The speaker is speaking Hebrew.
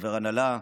כחבר הנהלה,